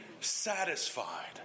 satisfied